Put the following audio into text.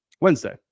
Wednesday